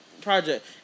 project